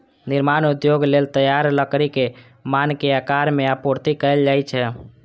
निर्माण उद्योग लेल तैयार लकड़ी कें मानक आकार मे आपूर्ति कैल जाइ छै